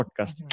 podcast